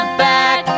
back